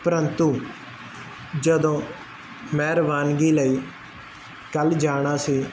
ਪ੍ਰੰਤੂ ਜਦੋਂ ਮੈਂ ਰਵਾਨਗੀ ਲਈ ਕੱਲ ਜਾਣਾ ਸੀ